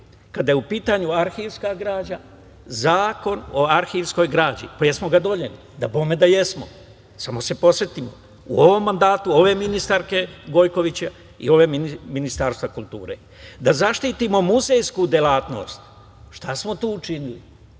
kada je u pitanju arhivska građa, Zakon o arhivskoj građi. Jesmo ga doneli? Jesmo. Samo da se podsetimo, u ovom mandatu, ove ministarke Gojković i ovog Ministarstva kulture. Da zaštitimo muzejsku delatnost, šta smo učinili?